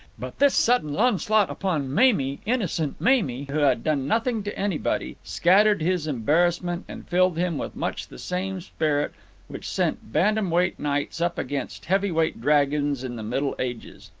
but this sudden onslaught upon mamie, innocent mamie who had done nothing to anybody, scattered his embarrassment and filled him with much the same spirit which sent bantam-weight knights up against heavy-weight dragons in the middle ages.